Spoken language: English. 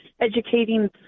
educating